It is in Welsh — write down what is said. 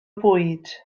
bwyd